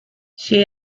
she